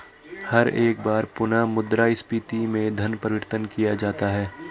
हर एक बार पुनः मुद्रा स्फीती में धन परिवर्तन किया जाता है